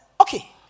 okay